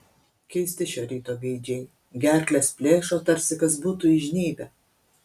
keisti šio ryto gaidžiai gerkles plėšo tarsi kas būtų įžnybę